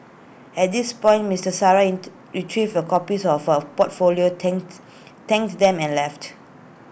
at this point Missus Sarah retrieved her copies of her portfolio thanked thanked them and left